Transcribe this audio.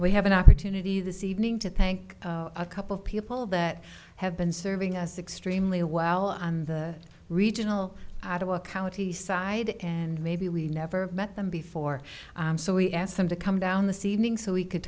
we have an opportunity this evening to thank a couple of people that have been serving us extremely well on the regional ottawa county side and maybe we never met them before so we asked them to come down the seating so we could